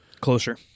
closer